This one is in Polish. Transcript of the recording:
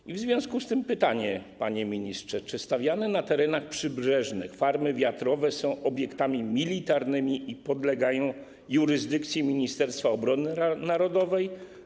I w związku z tym pytanie, panie ministrze: Czy stawiane na terenach przybrzeżnych farmy wiatrowe są obiektami militarnymi i podlegają jurysdykcji Ministerstwa Obrony Narodowej?